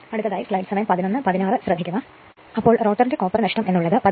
അപ്പോൾ റോട്ടോറിന്റെ കോപ്പർ നഷ്ടം എന്ന് ഉള്ളത് 17